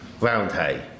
Roundhay